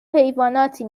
حیواناتی